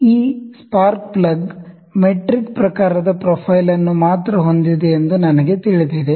ಈ spark plug metric ಪ್ರಕಾರದ profile ಅನ್ನು ಮಾತ್ರ ಹೊಂದಿದೆ ಎಂದು ನನಗೆ ತಿಳಿದಿದೆ